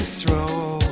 throw